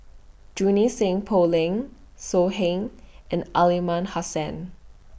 Junie Sng Poh Leng So Heng and Aliman Hassan